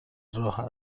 راه